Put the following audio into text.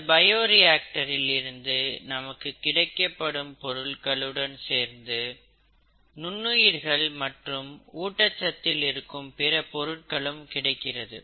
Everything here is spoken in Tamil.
இந்த பயோரியாக்டரில் இருந்து நமக்கு கிடைக்கப்படும் பொருட்களுடன் சேர்ந்து நுண்ணுயிர்கள் மற்றும் ஊட்டச்சத்தில் இருக்கும் பிற பொருட்களும் கிடைக்கிறது